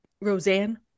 Roseanne